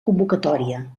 convocatòria